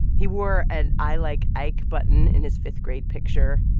he wore an i like ike button in his fifth-grade picture.